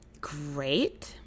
great